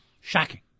Shocking